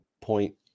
point